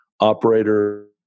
operator